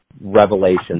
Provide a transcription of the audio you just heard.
revelations